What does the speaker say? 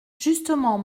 justement